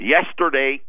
Yesterday